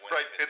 Right